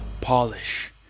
polish